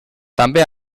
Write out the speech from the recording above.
també